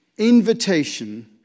invitation